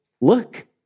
look